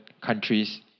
countries